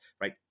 right